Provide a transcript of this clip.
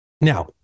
Now